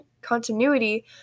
continuity